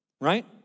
right